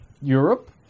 Europe